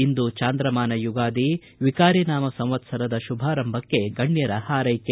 ಇಂದು ಚಾಂದ್ರಮಾನ ಯುಗಾದಿ ವಿಕಾರಿ ನಾಮ ಸಂವತ್ಸರದ ಶುಭಾರಂಭಕ್ಕೆ ಗಣ್ಯರ ಹಾರೈಕೆ